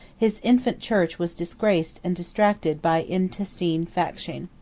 his infant church was disgraced and distracted by intestine faction.